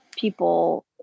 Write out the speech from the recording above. people